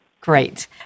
Great